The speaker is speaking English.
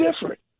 different